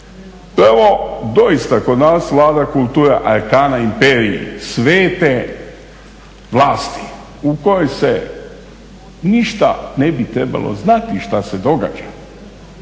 Prvo, doista kod nas vlada kultura arcane imperium, svete vlasti u kojoj se ništa ne bi trebalo znati šta se događa,